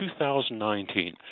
2019